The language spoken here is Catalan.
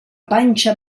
panxa